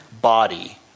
body